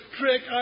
trick